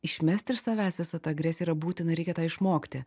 išmest iš savęs visą tą agresiją yra būtina reikia tą išmokti